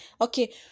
Okay